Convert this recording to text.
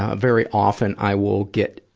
ah very often, i will get,